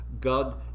God